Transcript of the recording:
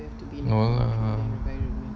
no lah